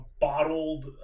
bottled